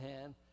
hand